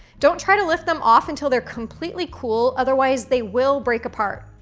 don't try to lift them off until they're completely cool, otherwise they will break apart.